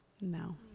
No